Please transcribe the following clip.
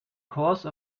course